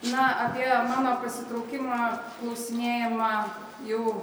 na apie mano pasitraukimą klausinėjama jau